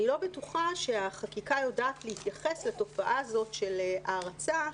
אני לא בטוחה שהחקיקה יודעת להתייחס לתופעה הזאת של הערצה,